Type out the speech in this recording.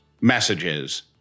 Messages